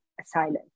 asylum